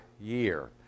year